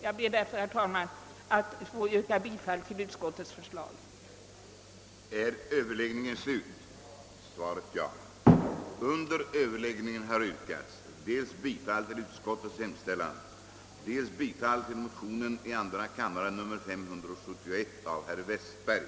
Jag ber därför, herr talman, att få yrka bifall till utskottets förslag. sonaltillgång, utbildningskapacitet, personalutnyttjande etc.,